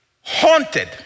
Haunted